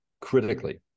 critically